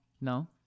No